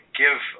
give